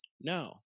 No